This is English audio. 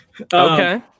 Okay